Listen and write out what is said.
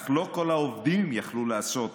אך לא כל העובדים יכלו לעשות